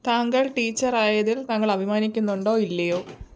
താങ്കൾ ടീച്ചറായതിൽ താങ്കളഭിമാനിക്കുന്നുണ്ടൊ ഇല്ലയൊ